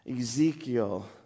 Ezekiel